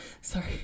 Sorry